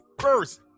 first